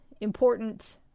important